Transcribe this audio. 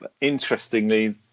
Interestingly